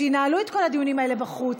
שינהלו את כל הדיונים האלה בחוץ.